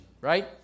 right